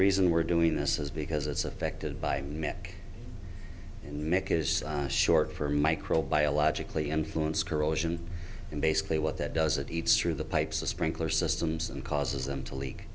reason we're doing this is because it's affected by mc and mc is short for micro biologically influence corrosion and basically what that does it eats through the pipes a sprinkler systems and causes them to leak